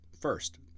first